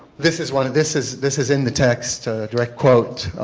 this is one, this is this is in the text, a direct quote,